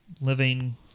Living